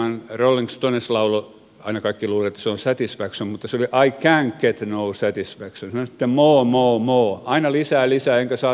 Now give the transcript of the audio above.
aikoinaan rolling stones lauloi aina kaikki luulivat että se on satisfaction mutta se oli i cant get no satisfaction more more more aina lisää lisää enkä saa tyydytystä